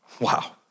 Wow